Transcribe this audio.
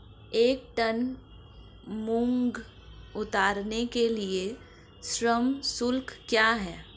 एक टन मूंग उतारने के लिए श्रम शुल्क क्या है?